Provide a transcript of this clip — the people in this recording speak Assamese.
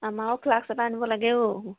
আমাৰো ফ্লাক্স এটা আনিব লাগে অ'